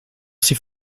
ces